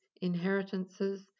inheritances